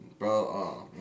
Bro